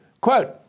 quote